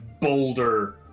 boulder